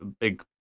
big